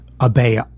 obey